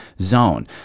zone